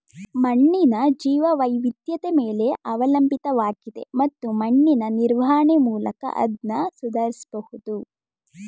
ಮಣ್ಣಿನ ಜೀವವೈವಿಧ್ಯತೆ ಮೇಲೆ ಅವಲಂಬಿತವಾಗಿದೆ ಮತ್ತು ಮಣ್ಣಿನ ನಿರ್ವಹಣೆ ಮೂಲಕ ಅದ್ನ ಸುಧಾರಿಸ್ಬಹುದು